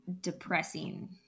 depressing